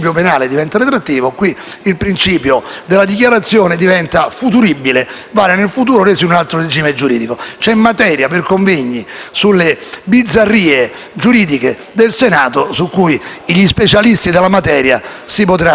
sulle bizzarrie giuridiche del Senato, su cui gli specialisti della materia si potranno non dico divertire, ma impegnare molto. Ribadisco quindi